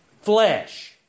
flesh